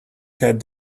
had